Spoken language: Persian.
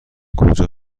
کجا